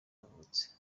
yavutse